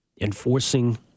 enforcing